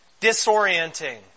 disorienting